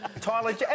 Tyler